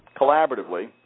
collaboratively